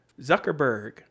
Zuckerberg